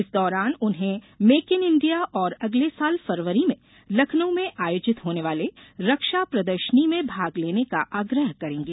इस दौरान उन्हें मेक इन इंडिया और अगले साल फरवरी में लखनऊ में आयोजित होने वाले रक्षा प्रदर्शनी में भाग लेने का आग्रह करेंगे